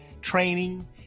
training